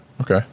Okay